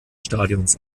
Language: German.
stadions